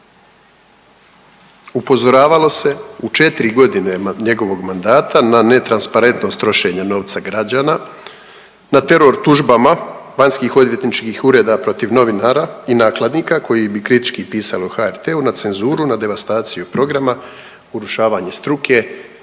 Upozoravalo se u 4 godine njegovog mandata na netransparentnost trošenja novca građana, na teror tužbama vanjskih odvjetničkih ureda protiv novinara i nakladnika koji bi kritički pisali o HRT-u, na cenzuru, na devastaciju programa, urušavanje struke,